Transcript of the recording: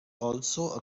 also